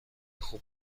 خوب